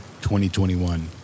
2021